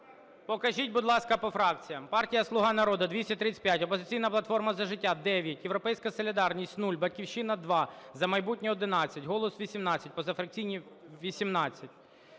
Покажіть, будь ласка, по фракціям. Партія "Слуга народу" - 235, "Опозиційна платформа – За життя" – 9, "Європейська солідарність" – 0, "Батьківщина" – 2, "За майбутнє" – 11, "Голос" – 18, позафракційні – 18.